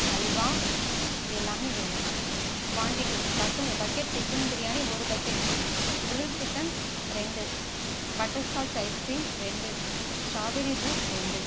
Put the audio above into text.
ஹல்வா இது எல்லாமே வேணும் குவான்டிட்டி பக் பக்கெட் சிக்கன் பிரியாணி ஒரு பக்கெட் க்ரில் சிக்கன் ரெண்டு பட்டர்ஸ்காட்ச் ஐஸ்கிரீம் ரெண்டு ஸ்ட்ராபெரி ஜூஸ் ரெண்டு